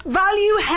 value